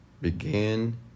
Begin